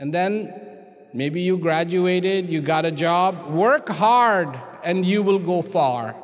and then maybe you graduated you got a job working hard and you will go far